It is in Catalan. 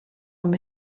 amb